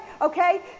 okay